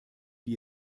wie